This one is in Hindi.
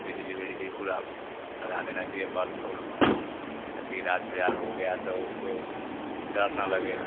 बिजली विजली पूरा लगा देना चाहिए बल्फ ओल्फ ताकि रात बियार हो गया तो उसको डर न लगे